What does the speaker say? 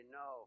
no